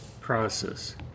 process